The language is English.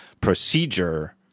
procedure